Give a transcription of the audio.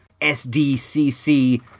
SDCC